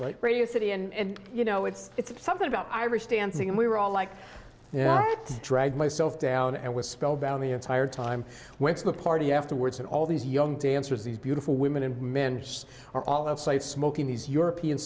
right radio city and you know it's it's something about irish dancing and we were all like drag myself down and was spellbound the entire time went to the party afterwards and all these young dancers these beautiful women and men are all outside smoking these european